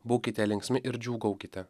būkite linksmi ir džiūgaukite